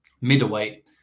middleweight